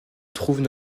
trouvent